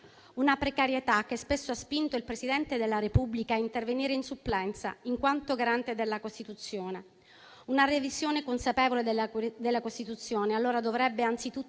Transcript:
una precarietà che spesso ha spinto il Presidente della Repubblica a intervenire in supplenza in quanto garante della Costituzione. Una revisione consapevole della Costituzione allora dovrebbe anzitutto